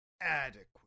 adequate